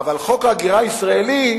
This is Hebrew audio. אבל חוק הגירה ישראלי